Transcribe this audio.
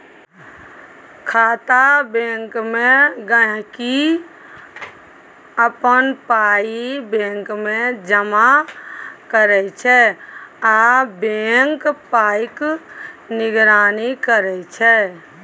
खाता बैंकमे गांहिकी अपन पाइ बैंकमे जमा करै छै आ बैंक पाइक निगरानी करै छै